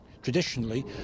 Traditionally